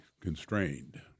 constrained